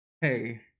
Hey